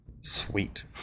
sweet